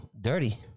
Dirty